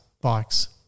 bikes